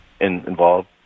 involved